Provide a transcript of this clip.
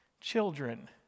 children